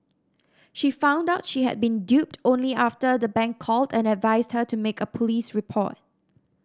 she found out she had been duped only after the bank called and advised her to make a police report